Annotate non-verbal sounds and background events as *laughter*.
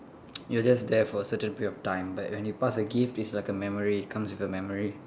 *noise* you are just there for a certain period of time but when you pass a gift it's like a memory it comes with a memory